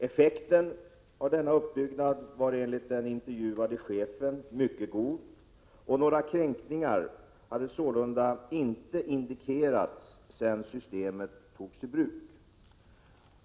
Effekten av denna uppbyggnad var enligt den intervjuade chefen mycket god, och några kränkningar hade sålunda inte indikerats sedan systemet togs i bruk.